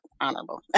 honorable